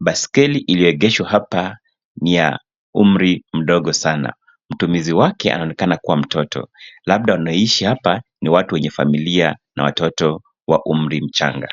Biskeli ilioegeshwa ni ya umri mdogo sana, mtumizi wake anaonekana kuwa mtoto mdogo, labda wanaoishi hapa ni watu wenye familia na watoto wa umri mchanga.